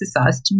exercise